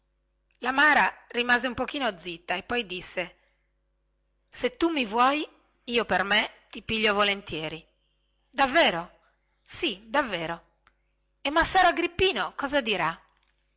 mara rimase un pochino zitta e poi disse se tu mi vuoi io per me ti piglio volentieri davvero sì davvero e massaro agrippino cosa dirà